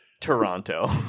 Toronto